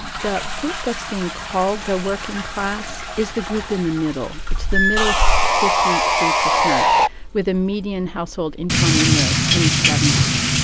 the group that's being called the working class is the group in the middle. it's the middle fifty three percent with a median household income in the in the seventy s.